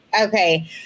okay